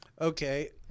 Okay